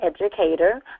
educator